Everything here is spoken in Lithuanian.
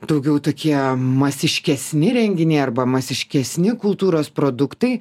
daugiau tokie masiškesni renginiai arba masiškesni kultūros produktai